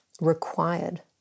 required